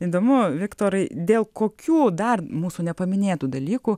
įdomu viktorai dėl kokių dar mūsų nepaminėtų dalykų